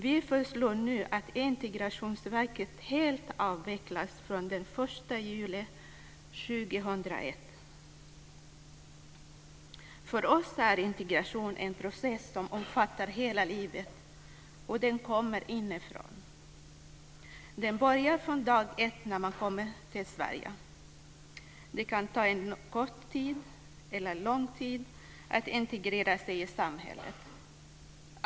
Vi föreslår nu att För oss är integration en process som omfattar hela livet, och den kommer inifrån. Den börjar dag ett när man kommer till Sverige. Det kan ta kort tid eller lång tid att integrera sig i samhället.